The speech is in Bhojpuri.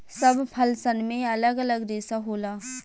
सब फल सन मे अलग अलग रेसा होला